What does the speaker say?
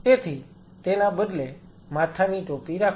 તેથી તેના બદલે માથાની ટોપી રાખો